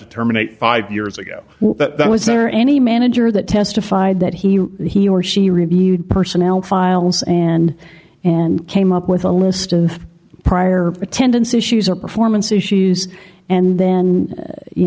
to terminate five years ago that was there any manager that testified that he he or she reviewed personnel files and and came up with a list of prior attendance issues or performance issues and then